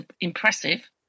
impressive